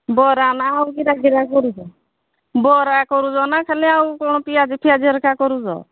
ବରା ନା ଆଉ କିରା କିରା କରୁଛ ବରା କରୁଛ ନା ଖାଲି ଆଉ କ'ଣ ପିଆଜି ଫିଆଜି ଧିରିକା କରୁଛ